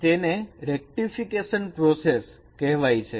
તેને rectification process કહેવાય છે